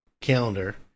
calendar